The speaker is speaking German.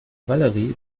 valerie